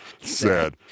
sad